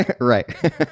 Right